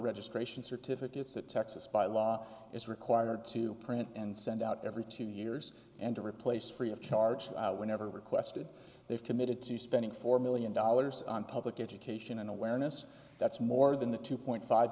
registration certificates that texas by law is required to print and send out every two years and to replace free of charge whenever requested they've committed to spending four million dollars on public education and awareness that's more than the two point five